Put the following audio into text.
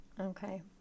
Okay